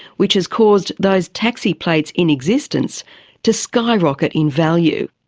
which has caused those taxi plates in existence to skyrocket in value.